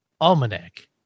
Almanac